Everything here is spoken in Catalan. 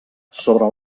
sobre